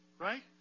right